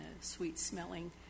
sweet-smelling